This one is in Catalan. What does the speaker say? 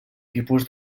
tipus